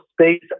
space